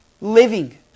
living